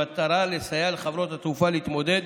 במטרה לסייע לחברות התעופה להתמודד